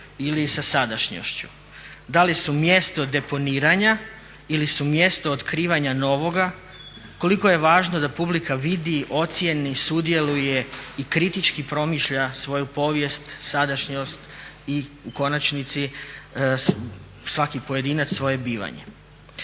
ili sa sadašnjošću. Da li su mjesto deponiranja ili su mjesto otkrivanja novoga? Koliko je važno da publika vidi, ocjeni, sudjeluje i kritički promišlja svoju povijest, sadašnjost i u konačnici svaki pojedinac svoje bivanje.